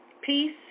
Peace